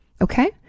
Okay